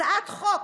הצעת חוק,